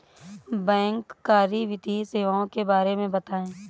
बैंककारी वित्तीय सेवाओं के बारे में बताएँ?